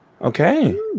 Okay